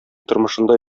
тормышында